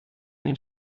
den